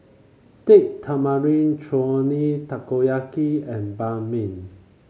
Date Tamarind Chutney Takoyaki and Banh Mi